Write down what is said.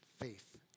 faith